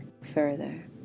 further